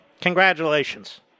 Congratulations